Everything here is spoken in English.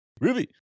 Ruby